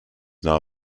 now